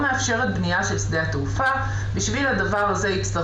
לא סדורה ותמוהה עד כדי הרמת גבה כשכל